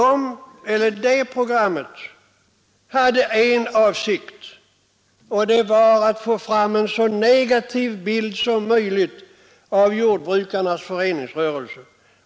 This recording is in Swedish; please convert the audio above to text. Det programmet hade en avsikt, nämligen att få fram en så negativ bild som möjligt av jordbrukarens föreningsrörelse.